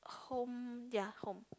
home ya home